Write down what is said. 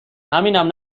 همینم